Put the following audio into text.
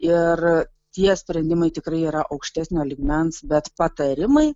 ir tie sprendimai tikrai yra aukštesnio lygmens bet patarimai